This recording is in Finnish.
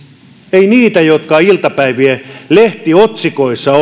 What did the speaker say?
ei niitä jotka iltapäivien lehtiotsikoissa